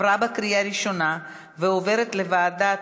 לוועדה